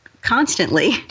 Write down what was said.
constantly